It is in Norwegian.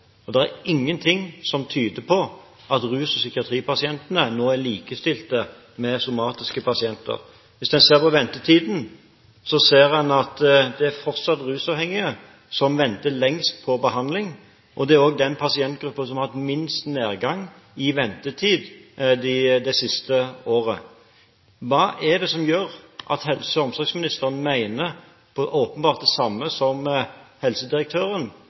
er ingenting som tyder på at rus- og psykiatripasientene nå er likestilte med somatiske pasienter. Hvis en ser på ventetiden, ser en at det fortsatt er de rusavhengige som venter lengst på behandling, og det er også denne pasientgruppen som har hatt minst nedgang i ventetid det siste året. Hva er det som gjør at helse- og omsorgsministeren åpenbart mener det samme som helsedirektøren,